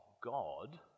God